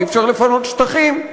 אי-אפשר לפנות שטחים.